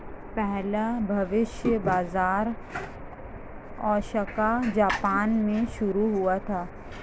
पहला भविष्य बाज़ार ओसाका जापान में शुरू हुआ था